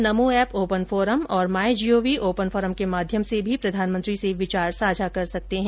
श्रोता Namo app open forum और My Gov open forum के माध्यम से भी प्रधानमंत्री से विचार साझा कर सकते हैं